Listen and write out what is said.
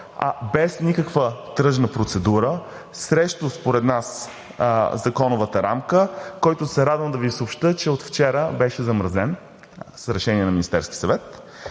без никаква тръжна процедура, според нас срещу законовата рамка, който се радвам да Ви съобщя, че от вчера беше замразен с решение на Министерския съвет.